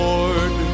Lord